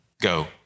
Go